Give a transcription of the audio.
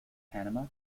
panama